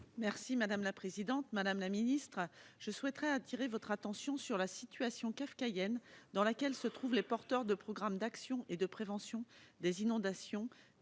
territoriales. Madame la ministre, je souhaite attirer votre attention sur la situation kafkaïenne dans laquelle se trouvent les porteurs de programmes d'actions de prévention des inondations